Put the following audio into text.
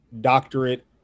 Doctorate